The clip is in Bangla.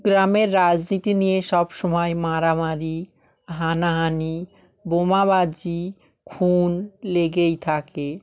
গ্রামের রাজনীতি নিয়ে সব সময় মারামারি হানাহানি বোমা বাজি খুন লেগেই থাকে